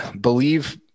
believe